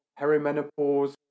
perimenopause